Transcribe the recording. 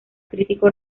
crítico